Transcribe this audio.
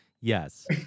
Yes